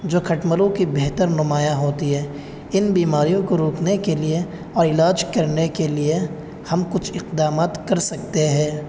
جو کھٹملوں کی بہتر نمایاں ہوتی ہے ان بیماریوں کو روکنے کے لیے اور علاج کرنے کے لیے ہم کچھ اقدامات کر سکتے ہے